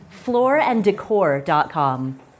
flooranddecor.com